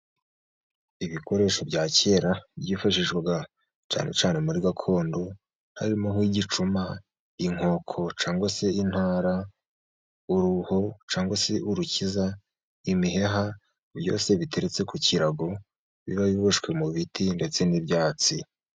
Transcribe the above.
Ibikoresho bya kera byifashishwaga cyane cyane muri gakondo harimo: nk'igicuma, inkoko cyangwa se intara, uruho cyangwa se urukiza, imiheha byose biteretse ku kirago biba biboshwe mu biti ndetse n'ibyatsi.